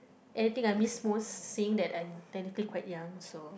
anything I miss most seeing that I'm technically quite young so